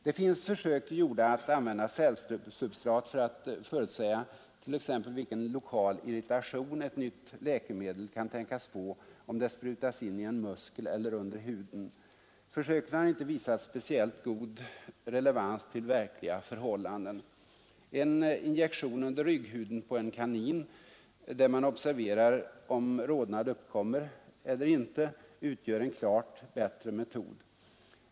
Det finns försök gjorda att använda cellsubs vilken lokal irritation ett nytt läkemedel kan tänkas få om det sprutas in i en muskel eller under huden. Försöken har inte visat speciellt god relevans till verkliga förhållanden. En injektion under rygghuden på kanin, där man sedan observerar om rodnad uppkommer eller inte, utgör en klart bättre metod.